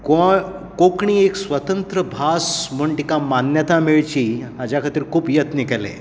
गोंय कोंकणी एक स्वतंत्र भास म्हण तिका मान्यताय मेळची हाज्या खातीर खूब यत्न केले